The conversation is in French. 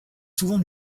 souvent